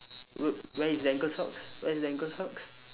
w~ where is the ankle socks where is the ankle socks